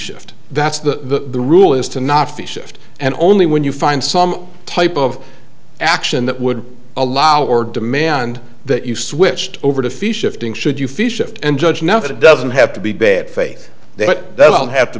shift that's the rule is to not feed shift and only when you find some type of action that would allow or demand that you switched over to fish shifting should you fish shift and judge now that it doesn't have to be bad faith that that will have to